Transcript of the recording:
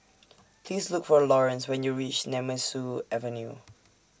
Please Look For Laurence when YOU REACH Nemesu Avenue